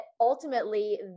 ultimately